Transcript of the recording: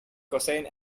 cosine